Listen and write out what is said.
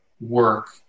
work